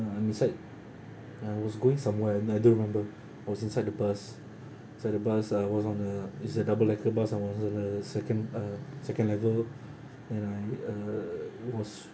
uh I'm inside I was going somewhere I don't remember I was inside the bus inside the bus I was on uh it's a double decker bus I was on the second uh second level and I uh I was